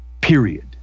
Period